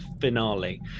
finale